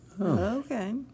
Okay